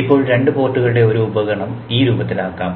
ഇപ്പോൾ രണ്ട് പോർട്ടുകളുടെ ഒരു ഉപഗണം ഈ രൂപത്തിലാകാം